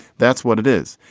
that's what it is.